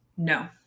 No